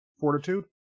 fortitude